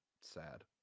sad